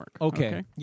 Okay